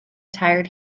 tired